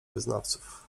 wyznawców